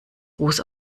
ruß